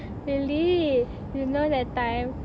really you know that time